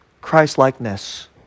Christ-likeness